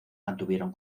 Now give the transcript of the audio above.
mantuvieron